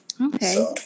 Okay